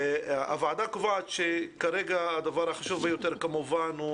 הוועדה קובעת שכרגע הדבר החשוב ביותר כמובן הוא